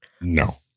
No